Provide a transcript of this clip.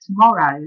Tomorrow